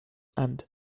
and